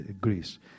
Greece